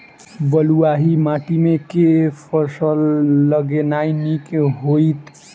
बलुआही माटि मे केँ फसल लगेनाइ नीक होइत?